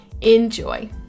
Enjoy